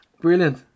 Brilliant